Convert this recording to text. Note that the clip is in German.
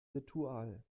ritual